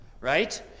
right